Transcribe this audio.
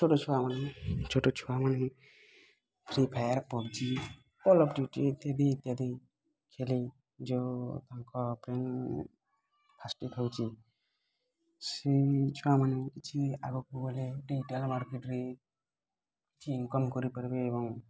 ଛୋଟ ଛୁଆମାନେ ଛୋଟ ଛୁଆମାନେ ଫ୍ରି ଫାୟାର୍ ପବ୍ଜି ଇତ୍ୟାଦି ଇତ୍ୟାଦି ଖେଳି ଯେଉଁ ତାଙ୍କ ସେଇ ଛୁଆମାନେ କିଛି ଆଗକୁ ଗଲେ କିଛି ଇନ୍କମ୍ କରିପାରିବେ ଏବଂ